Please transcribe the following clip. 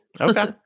Okay